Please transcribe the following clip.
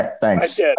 Thanks